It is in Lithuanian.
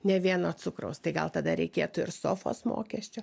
ne vien nuo cukraus tai gal tada reikėtų ir sofos mokesčio